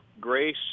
Grace